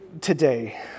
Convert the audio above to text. today